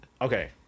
okay